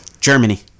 Germany